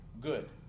Good